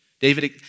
David